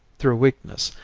through weakness,